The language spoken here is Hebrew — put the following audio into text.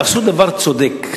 תעשו דבר צודק,